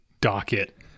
docket